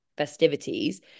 festivities